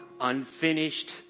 unfinished